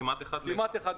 כמעט אחד לאחד.